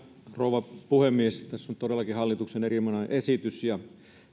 rouva puhemies tässä on todellakin hallituksen erinomainen esitys ja